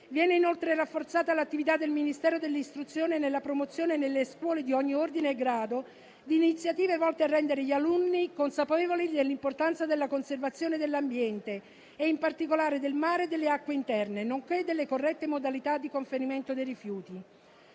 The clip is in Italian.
Viene inoltre rafforzata l'attività del Ministero dell'istruzione per la promozione, nelle scuole di ogni ordine e grado, di iniziative volte a rendere gli alunni consapevoli dell'importanza della conservazione dell'ambiente e, in particolare, del mare e delle acque interne, nonché delle corrette modalità di conferimento dei rifiuti.